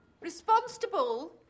Responsible